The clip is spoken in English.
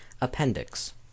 Appendix